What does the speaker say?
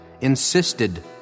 insisted